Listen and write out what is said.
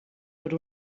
per